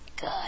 Good